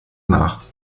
nach